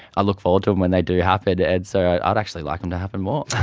i look forward to them when they do happen, and so i'd i'd actually like them to happen more.